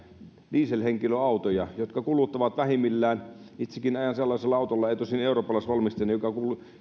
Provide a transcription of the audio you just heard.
dieselhenkilöautoja jotka kuluttavat vähimmillään alle viisi litraa sadalla kilometrillä itsekin ajan sellaisella autolla ei ole tosin eurooppalaisvalmisteinen jolla